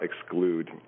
exclude